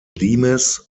limes